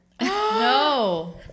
No